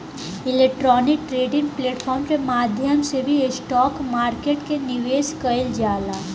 electronic trading platform के माध्यम से भी स्टॉक मार्केट में निवेश कईल जाला